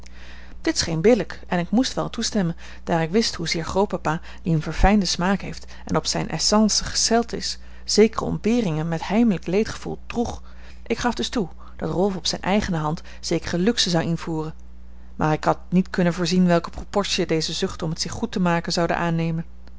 dit scheen billijk en ik moest wel toestemmen daar ik wist hoezeer grootpapa die een verfijnden smaak heeft en op zijne aisances gesteld is zekere ontberingen met heimelijk leedgevoel droeg ik gaf dus toe dat rolf op zijne eigene hand zekere luxe zou invoeren maar ik had niet kunnen voorzien welke proportiën deze zucht om het zich goed te maken zoude aannemen